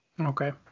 Okay